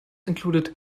included